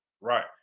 right